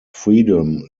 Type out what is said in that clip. freedom